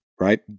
right